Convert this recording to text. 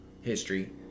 history